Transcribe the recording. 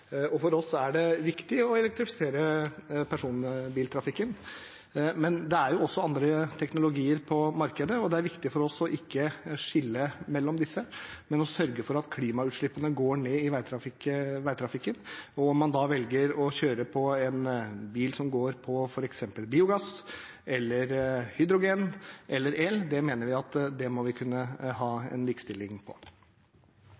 For oss er det viktig å elektrifisere personbiltrafikken, men det er også andre teknologier på markedet, og det er viktig for oss å ikke skille mellom disse, men sørge for at klimautslippene går ned i veitrafikken. Om man da velger å kjøre en bil som går på f.eks. biogass eller hydrogen eller elektrisitet – der mener vi at vi må kunne ha